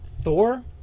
Thor